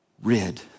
Rid